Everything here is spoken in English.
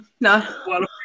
no